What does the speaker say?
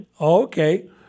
Okay